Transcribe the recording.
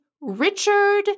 Richard